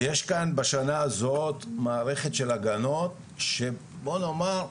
יש כאן בשנה הזאת מערכת של הגנות, שבואו נאמר,